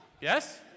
Yes